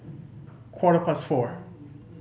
quarter past four